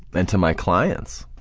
and to my clients,